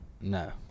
No